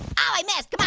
ah i missed,